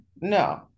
No